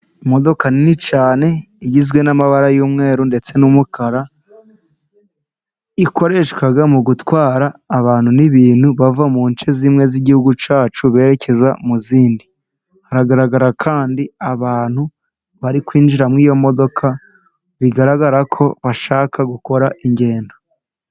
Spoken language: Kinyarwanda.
Imodoka nini cyane igizwe n' amabara y' umweru ndetse n' umukara ikoreshwa mu gutwara abantu n' ibintu, bava munce zimwe z' igihugu cacu berekeza mu zindi hagaragara kandi abantu bari kwinjira muri iyo modoka bigaragara ko bashaka gukora ingendo.